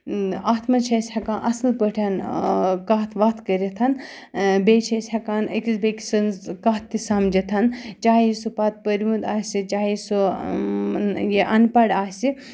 اَتھ منٛز چھِ اَسہِ ہیٚکان اَصٕل پٲٹھۍ کَتھ وَتھ کٔرِتھ بیٚیہِ چھِ أسۍ ہیٚکان أکِس بیٚکہِ سٕنٛز کَتھ تہِ سَمجھِتھ چاہے سُہ پَتہٕ پروُن آسہِ چاہے سُہ یہِ اَن پَڑھ آسہِ